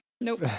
nope